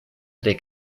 tre